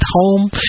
home